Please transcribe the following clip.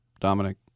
Dominic